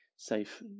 safe